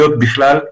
בכל